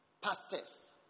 pastors